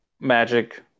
magic